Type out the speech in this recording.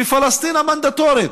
מפלסטין המנדטורית.